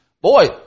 Boy